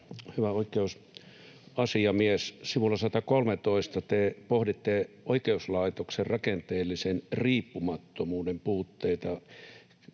Hyvä oikeusasiamies, sivulla 113 te pohditte oikeuslaitoksen rakenteellisen riippumattomuuden puutteita.